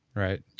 right?